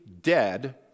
dead